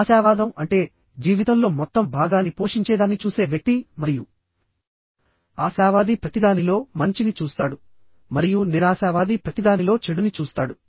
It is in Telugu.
ఆశావాదం అంటే జీవితంలో మొత్తం భాగాన్ని పోషించేదాన్ని చూసే వ్యక్తి మరియు ఆశావాది ప్రతిదానిలో మంచిని చూస్తాడు మరియు నిరాశావాది ప్రతిదానిలో చెడుని చూస్తాడు